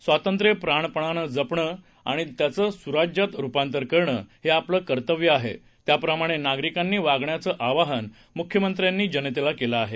स्वातंत्र्य प्राणपणानं जपणं आणि त्याचे सुराज्यात रुपांतर करणं हे आपलं कर्तव्य आहे त्याप्रमाणे नागरिकांनी वागण्याचं आवाहन मुख्यमंत्र्यांनी जनतेला केलं आहे